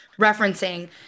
referencing